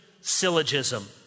syllogism